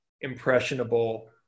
impressionable